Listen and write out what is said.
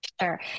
Sure